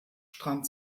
strand